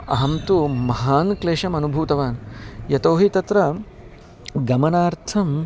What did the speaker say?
अहं तु महान् क्लेशम् अनुभूतवान् यतोहि तत्र गमनार्थम्